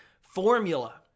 formula